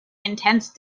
intense